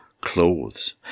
clothes